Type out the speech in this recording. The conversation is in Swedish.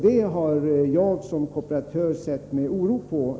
Det har jag i egenskap av kooperatör sett med oro på.